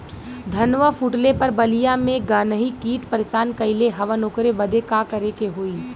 धनवा फूटले पर बलिया में गान्ही कीट परेशान कइले हवन ओकरे बदे का करे होई?